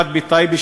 אחד בטייבה,